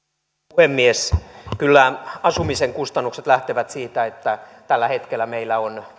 puhemies kyllä asumisen kustannukset lähtevät siitä että tällä hetkellä meillä on